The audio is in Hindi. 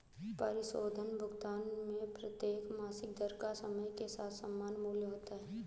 परिशोधन भुगतान में प्रत्येक मासिक दर का समय के साथ समान मूल्य होता है